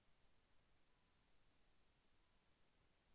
ఋణ చెల్లింపుకు గడువు తేదీ తెలియచేయగలరా?